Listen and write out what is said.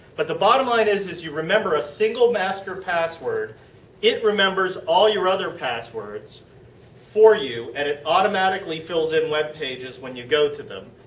but, the bottom line is that you remember a single master password it remembers all your other passwords for you and it automatically fills in web pages when you go to them.